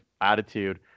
attitude